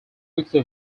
weekly